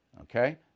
Okay